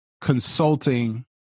consulting